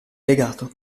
legato